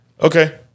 Okay